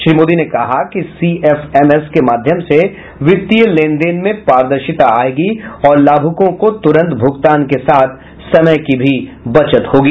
श्री मोदी ने कहा कि सीएफएमएस के माध्यम से वित्तीय लेन देन में परदर्शिता आयेगी और लाभुकों को तुरन्त भुगतान के साथ समय की भी बचत होगी